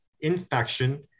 infection